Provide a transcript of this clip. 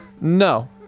no